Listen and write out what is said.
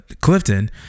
Clifton